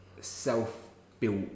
self-built